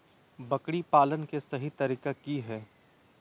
बकरी पालन के सही तरीका की हय?